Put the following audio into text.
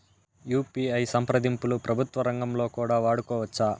UPI సంప్రదింపులు ప్రభుత్వ రంగంలో కూడా వాడుకోవచ్చా?